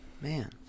Man